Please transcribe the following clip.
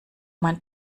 mein